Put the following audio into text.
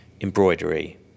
embroidery